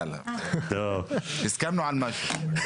הסכמנו על משהו.